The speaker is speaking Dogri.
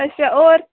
अच्छा होर